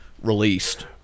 released